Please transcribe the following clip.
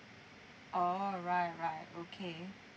orh right right okay